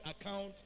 account